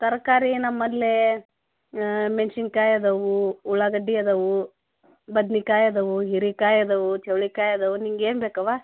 ತರಕಾರಿ ನಮ್ಮಲ್ಲಿ ಮೆಣ್ಸಿನ್ಕಾಯಿ ಇದಾವೂ ಉಳ್ಳಾಗಡ್ಡೆ ಇದಾವೂ ಬದ್ನೆಕಾಯ್ ಇದಾವೂ ಹೀರೆಕಾಯ್ ಇದಾವೂ ಚೌಳಿಕಾಯಿ ಇದಾವೂ ನಿಂಗೆ ಏನು ಬೇಕವ್ವ